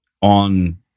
on